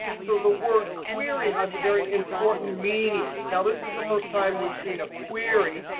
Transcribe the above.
so the word query has a very important meaning. now, this is the first time we've seen a query.